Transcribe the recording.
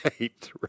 Right